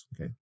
Okay